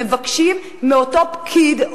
שמבקשים מאותו פקיד,